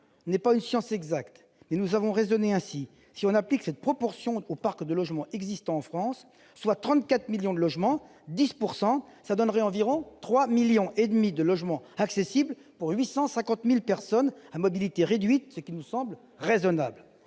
n'est pas une science exacte et nous avons raisonné ainsi : si l'on applique cette proportion au parc de logement existant en France, soit 34 millions de logements, un quota de 10 % correspondrait environ à 3,5 millions de logements accessibles ; pour 850 000 personnes à mobilité réduite, cela nous semble raisonnable.